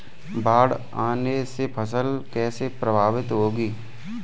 बाढ़ आने से फसल कैसे प्रभावित होगी?